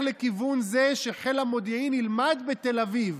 לכיוון שחיל המודיעין ילמד בתל אביב.